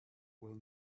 will